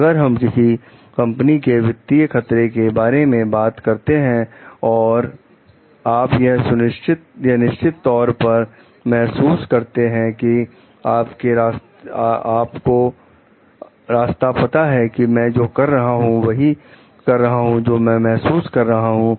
अगर हम किसी कंपनी के वित्तीय खतरे के बारे में बात करते हैं और आप यह निश्चित तौर पर महसूस करते हैं कि आपको रास्ता पता है कि मैं जो कर रहा हूं वही कर रहा हूं जो मैं महसूस कर रहा हूं